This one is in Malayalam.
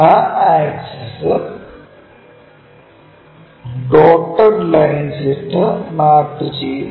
ആ ആക്സിസ് ഡോട്ടഡ് ലൈൻസ് ഇട്ടു മാപ്പ് ചെയുന്നു